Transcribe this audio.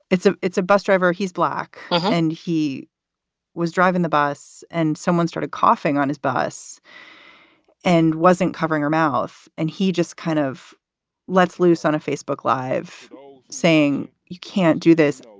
it's ah a bus driver he's black, and he was driving the bus. and someone started coughing on his bus and wasn't covering her mouth. and he just kind of lets loose on a facebook live saying, you can't do this.